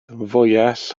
fwyell